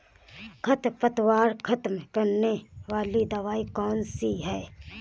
खरपतवार खत्म करने वाली दवाई कौन सी है?